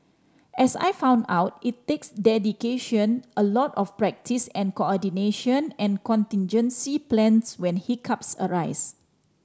as I found out it takes dedication a lot of practice and coordination and contingency plans when hiccups arise